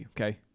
okay